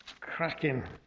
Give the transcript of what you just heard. Cracking